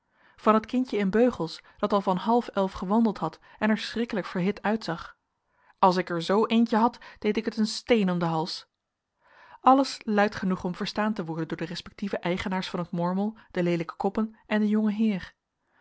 van het kindje in beugels dat al van half elf gewandeld had en er schrikkelijk verhit uitzag als ik er z eentje had deed ik het een steen om den hals alles luid genoeg om verstaan te worden door de respectieve eigenaars van het mormel de leelijke koppen en den jongen heer